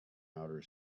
outer